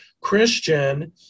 Christian